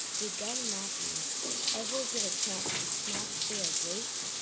did doug matthews ever get a chance to smash through a gate?